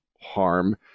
harm